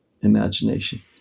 imagination